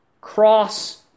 Cross